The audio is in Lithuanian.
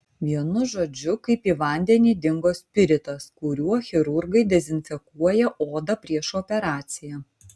vienu žodžiu kaip į vandenį dingo spiritas kuriuo chirurgai dezinfekuoja odą prieš operaciją